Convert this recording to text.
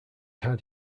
had